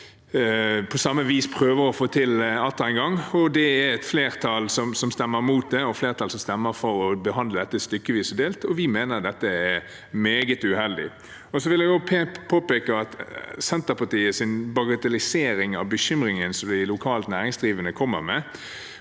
vis prøver å få til atter en gang. Det er et flertall som stemmer mot det og stemmer for å behandle dette stykkevis og delt. Vi mener det er meget uheldig. Jeg vil også påpeke at Senterpartiets bagatellisering av bekymringene lokalt næringsliv kommer med